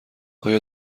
آیا